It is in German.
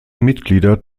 mitglieder